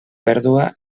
pèrdua